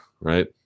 right